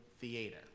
Theater